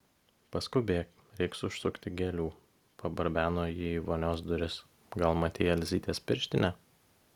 paskubėk reiks užsukti gėlių pabarbeno ji į vonios duris gal matei elzytės pirštinę